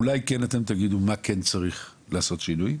אולי תגידו במה כן צריך לעשות שינוי.